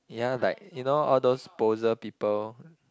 ya like you know all those poser people